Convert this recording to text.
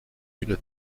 une